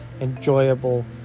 enjoyable